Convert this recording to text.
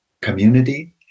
community